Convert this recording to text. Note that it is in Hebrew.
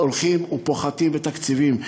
הולכים ופוחתים בתקציבים.